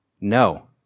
No